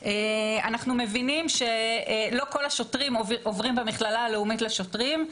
אנחנו מבינים שלא כל השוטרים עוברים במכללה הלאומית לשוטרים,